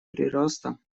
прироста